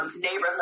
neighborhood